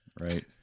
right